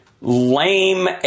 lame